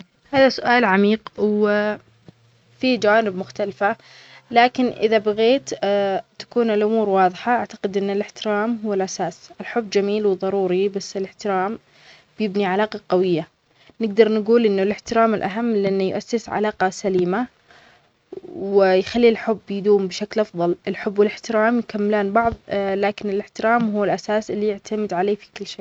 هذا سؤال عميق وفيه جوانب مختلفة لكن إذا بغيت تكون الأمور واضحة أعتقد أن الإحترام هو الأساس الحب جميل وضروري بس الإحترام بيبني علاقة قوية نقدر نقول أن الإحترام الأهم لأنه يؤسس علاقة سليمة ويخلي الحب بيدوم بشكل أفضل الحب والإحترام يكملان بعض لكن الإحترام هو الأساس اللي يعتمد عليه في كل شيء